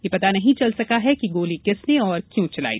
यह पता नहीं चल सका है कि गोली किसने और क्यों चलाई